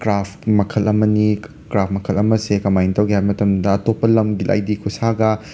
craft ꯃꯈꯜ ꯑꯃꯅꯤ graph ꯃꯈꯜ ꯑꯃꯖꯦ ꯀꯃꯥꯏ ꯇꯧꯒꯦ ꯍꯥꯏꯕ ꯃꯇꯝꯗ ꯑꯇꯣꯞꯄ ꯂꯝꯒꯤ ꯂꯥꯏꯙꯤ ꯈꯨꯠꯁꯒ